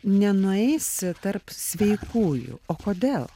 nenueisi tarp sveikųjų o kodėl